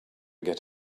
get